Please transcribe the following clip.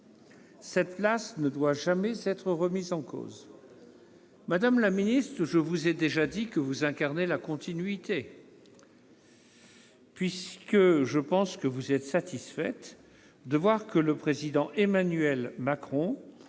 Cette place ne doit jamais être remise en cause. » Madame la ministre, je vous ai déjà dit que vous incarniez la continuité et vous êtes sans doute satisfaite que le président Emmanuel Macron